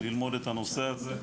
ללמוד את הנושא הזה.